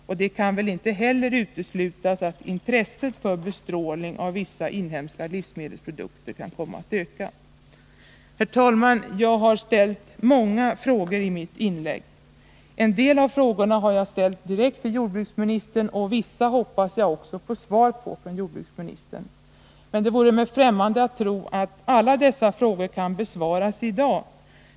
Och det kan väl inte heller uteslutas att intresset för bestrålning av vissa inhemska livsmedelsprodukter kan komma att öka. Herr talman! Jag har ställt många frågor i mitt inlägg. En del av frågorna har jag ställt direkt till jordbruksministern, och vissa hoppas jag också få svar på från jordbruksministern. Det vore mig dock främmande att tro att alla dessa frågor kan besvaras i dag.